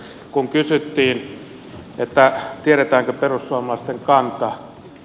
kun kysyttiin tiedetäänkö perussuomalaisten kanta